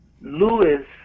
Lewis